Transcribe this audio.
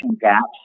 gaps